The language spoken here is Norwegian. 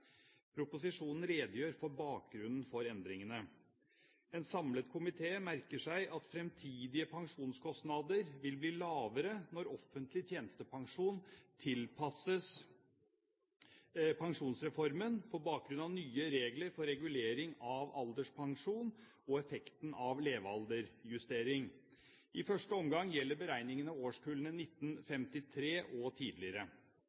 Proposisjonen redegjør for bakgrunnen for endringene. En samlet komité merker seg at fremtidige pensjonskostnader vil bli lavere når offentlig tjenestepensjon tilpasses pensjonsreformen på bakgrunn av nye regler for regulering av alderspensjon og effekten av levealdersjustering. I første omgang gjelder beregningene årskullene 1953 og tidligere.